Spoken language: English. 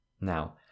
Now